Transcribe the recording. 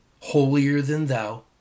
holier-than-thou